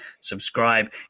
subscribe